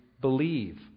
believe